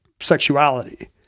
sexuality